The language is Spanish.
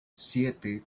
siete